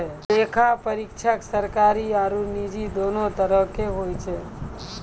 लेखा परीक्षक सरकारी आरु निजी दोनो तरहो के होय छै